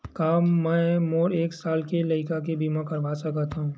का मै मोर एक साल के लइका के बीमा करवा सकत हव?